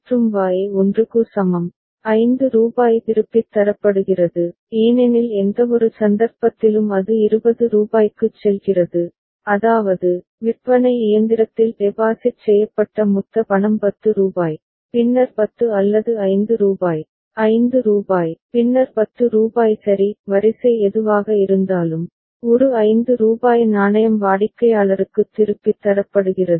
மற்றும் Y 1 க்கு சமம் 5 ரூபாய் திருப்பித் தரப்படுகிறது ஏனெனில் எந்தவொரு சந்தர்ப்பத்திலும் அது 20 ரூபாய்க்குச் செல்கிறது அதாவது விற்பனை இயந்திரத்தில் டெபாசிட் செய்யப்பட்ட மொத்த பணம் 10 ரூபாய் பின்னர் 10 அல்லது 5 ரூபாய் ரூபாய் 5 பின்னர் ரூபாய் 10 சரி வரிசை எதுவாக இருந்தாலும் ஒரு ரூபாய் 5 நாணயம் வாடிக்கையாளருக்குத் திருப்பித் தரப்படுகிறது